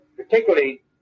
Particularly